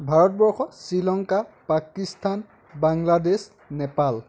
Bharatvarsha Sri Lanka Pakistan Bangladesh Nepal